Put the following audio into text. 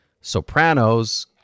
sopranos